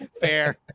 fair